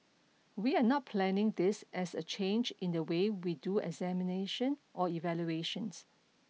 we are not planning this as a change in the way we do examination or evaluations